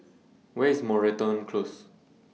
Where IS Moreton Close